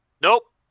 Nope